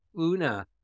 una